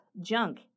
junk